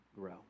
grow